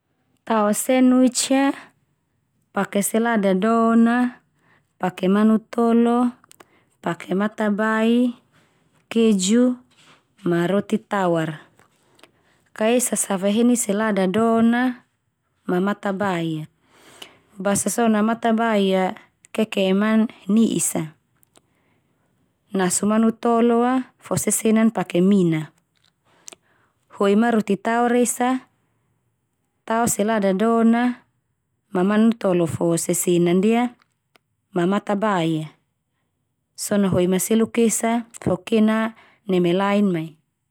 Tao senwich ia pake selada don a, pake manutolo, pake matabai, keju, ma roti tawar. Ka esa save heni selada don a, ma matabai a, basa so na matabai a keke man ni'is a. Nasu manutolo a fo sesenan pake mina, ho'i ma roti tawar esa tao selada don a, ma manutolo fo sesenan ndia, ma matabai a. So na ho'i ma seluk esa fo kena neme lain mai.